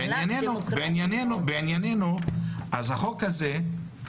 לענייננו, החוק הזה,